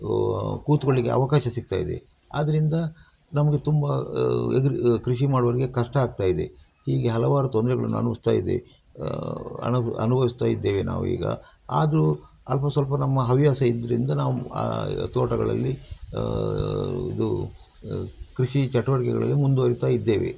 ಕೂತ್ಕೊಳ್ಳಿಕ್ಕೆ ಅವಕಾಶ ಸಿಗ್ತಾಯಿದೆ ಅದರಿಂದ ನಮಗೆ ತುಂಬ ಇದ್ರ ಕೃಷಿ ಮಾಡುವವ್ರಿಗೆ ಕಷ್ಟ ಆಗ್ತಾಯಿದೆ ಹೀಗೆ ಹಲವಾರು ತೊಂದರೆಗಳನ್ನು ಅನುಭವಿಸ್ತಾಯಿದ್ದೇವೆ ಅನು ಅನುಭವಿಸ್ತಾಯಿದ್ದೇವೆ ನಾವು ಈಗ ಆದ್ರೂ ಅಲ್ಪ ಸ್ವಲ್ಪ ನಮ್ಮ ಹವ್ಯಾಸ ಇದರಿಂದ ನಾವು ಆ ತೋಟಗಳಲ್ಲಿ ಇದು ಕೃಷಿ ಚಟುವಟಿಕೆಗಳಲ್ಲಿ ಮುಂದುವರಿತಾಯಿದ್ದೇವೆ